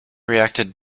reacted